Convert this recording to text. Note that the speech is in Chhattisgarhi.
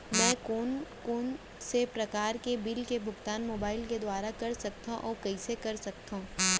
मैं कोन कोन से प्रकार के बिल के भुगतान मोबाईल के दुवारा कर सकथव अऊ कइसे कर सकथव?